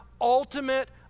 ultimate